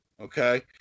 Okay